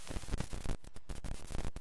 אובמה, גם אם התמיכה שלו, הבלתי-מסויגת, בישראל,